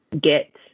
get